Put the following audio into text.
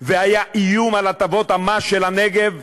והיה איום על הטבות המס של הנגב,